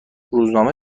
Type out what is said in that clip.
روزنامه